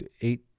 eight